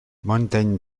mountain